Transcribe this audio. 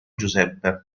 giuseppe